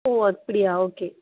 ஓ அப்படியா ஓகே